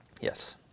Yes